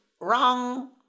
Wrong